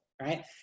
Right